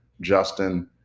Justin